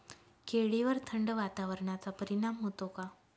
केळीवर थंड वातावरणाचा परिणाम होतो का?